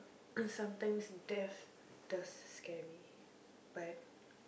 sometimes death does scare me but